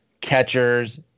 catchers